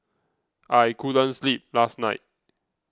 I couldn't sleep last night